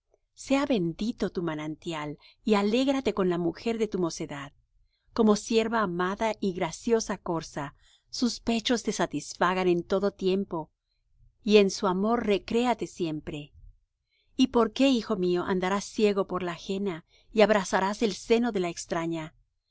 sea bendito tu manantial y alégrate con la mujer de tu mocedad como cierva amada y graciosa corza sus pechos te satisfagan en todo tiempo y en su amor recréate siempre y por qué hijo mío andarás ciego con la ajena y abrazarás el seno de la extraña